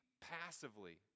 passively